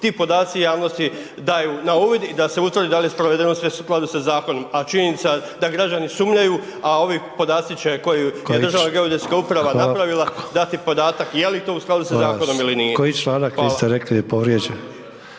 ti podaci javnosti daju na uvid i da se utvrdi dal je provedeno sve u skladu sa zakonom, a činjenica da građani sumnjaju, a ovi podaci će koji, koje je Državna geodetska uprava napravila dati podatak je li to u skladu sa zakonom ili nije. **Sanader, Ante (HDZ)** Hvala.